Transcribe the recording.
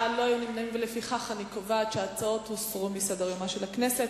לפיכך אני קובעת שההצעות הוסרו מסדר-יומה של הכנסת.